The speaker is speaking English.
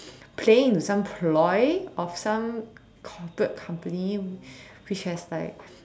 playing with some ploy of some corporate company which has like